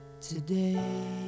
today